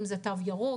אם זה תו ירוק,